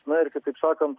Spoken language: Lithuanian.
na ir kitaip sakant